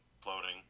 floating